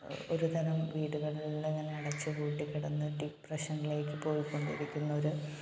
ഒരു തരം വീടുകളിങ്ങനെ അടച്ച് പൂട്ടി കിടന്നിട്ട് ഡിപ്രഷനിലേക്ക് പോയ് കൊണ്ടിരിക്കുന്നൊരു